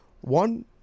One